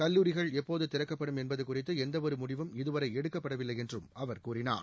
கல்லூரிகள் எப்போது திறக்கப்படும் என்பது குறித்து எந்த ஒரு முடிவும் இதுவரை எடுக்கப்படவில்லை என்றும் அவர் கூறினார்